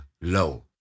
low